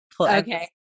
okay